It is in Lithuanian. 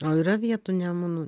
o yra vietų nemunu